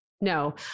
no